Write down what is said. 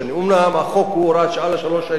אומנם החוק הוא הוראת שעה לשלוש שנים,